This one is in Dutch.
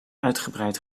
uitgebreid